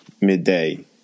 midday